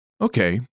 Okay